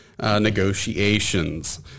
negotiations